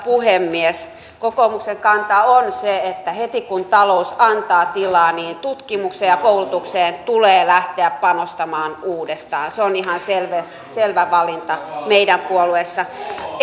puhemies kokoomuksen kanta on se että heti kun talous antaa tilaa tutkimukseen ja koulutukseen tulee lähteä panostamaan uudestaan se on ihan selvä valinta meidän puolueessamme